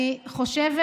אני חושבת